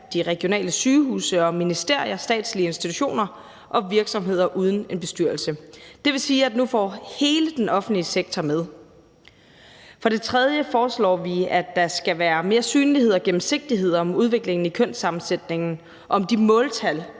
de regionale sygehuse og ministerier, statslige institutioner og virksomheder uden en bestyrelse. Det vil sige, at vi nu får hele den offentlige sektor med. For det tredje foreslår vi, at der skal være mere synlighed og gennemsigtighed i udviklingen i kønssammensætningen, hvad angår de måltal,